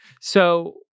So-